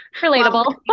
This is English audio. Relatable